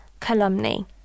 calumny